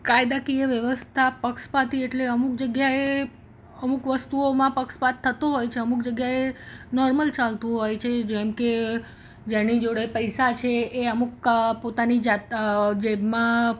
કાયદાકીય વ્યવસ્થા પક્ષપાતી એટલે અમુક જગ્યાએ અમુક વસ્તુઓમાં પક્ષપાત થતો હોય છે અમુક જગ્યાએ નોર્મલ ચાલતું હોય છે જેમ કે જેની જોડે પૈસા છે એ અમુક પોતાની જાત જેબમાં